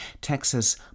Texas